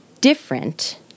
different